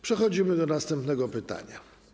Przechodzimy do następnego pytania.